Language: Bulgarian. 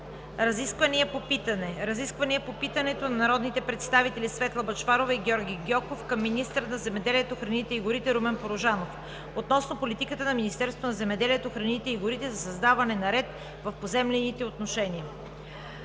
Разисквания по питането от народните представители Светла Бъчварова и Георги Гьоков към министъра на земеделието, храните и горите Румен Порожанов, относно политиката на Министерството на земеделието, храните и горите за създаване на ред в поземлените отношения.